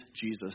Jesus